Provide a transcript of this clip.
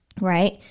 right